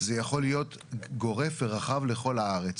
זה יכול להיות גורף ורחב לכל הארץ.